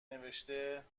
نوشته